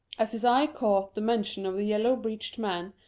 as his eye caught the mention of the yellow-breeched man,